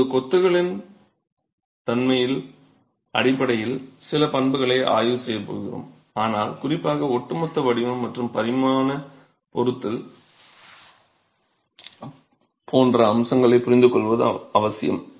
இப்போது கொத்துகளின் தன்மைகளின் அடிப்படையில் சில பண்புகளை ஆய்வு செய்யப் போகிறோம் ஆனால் குறிப்பாக ஒட்டுமொத்த வடிவம் மற்றும் பரிமாண பொறுத்தல் போன்ற அம்சங்களைப் புரிந்துகொள்வது அவசியம்